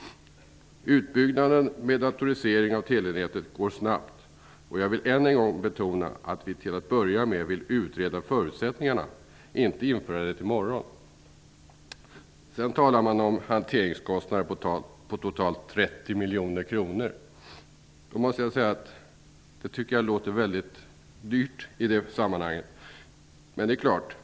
Utbyggnaden av datorisering av telenätet går snabbt. Jag vill än en gång betona att vi till att börja med vill utreda förutsättningarna, och inte införa detta i morgon. Sedan talar man om hanteringskostnader på totalt 30 miljoner kronor. Det tycker jag låter mycket dyrt i detta sammanhang.